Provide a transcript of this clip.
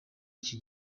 iki